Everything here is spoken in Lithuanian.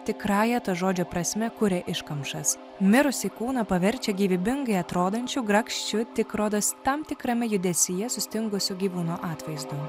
tikrąja to žodžio prasme kuria iškamšas mirusį kūną paverčia gyvybingai atrodančiu grakščiu tik rodos tam tikrame judesyje sustingusiu gyvūno atvaizdu